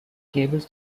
cables